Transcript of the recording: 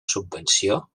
subvenció